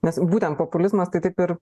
nes būtent populizmas tai taip ir